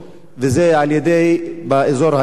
באזור הנגב,